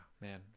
man